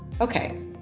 Okay